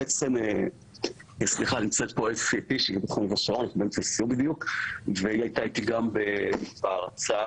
נמצאת פה אסתי --- והיתה איתי גם בהרצאה